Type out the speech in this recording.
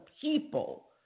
people